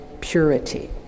purity